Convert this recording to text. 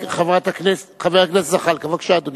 חבר הכנסת זחאלקה, בבקשה, אדוני.